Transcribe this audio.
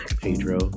Pedro